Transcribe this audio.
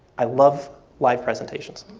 i love live presentations,